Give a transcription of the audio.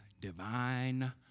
divine